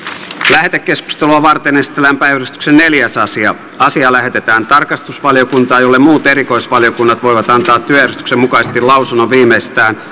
lähetekeskustelua varten esitellään päiväjärjestyksen neljäs asia asia lähetetään tarkastusvaliokuntaan jolle muut erikoisvaliokunnat voivat antaa työjärjestyksen mukaisesti lausunnon viimeistään